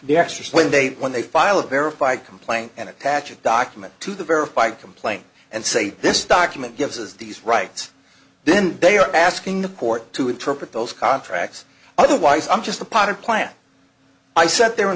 the extras when they when they file a verified complaint and attach a document to the verified complaint and say this document gives us these rights then they are asking the court to interpret those contracts otherwise i'm just a potted plant i sat there and